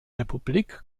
republik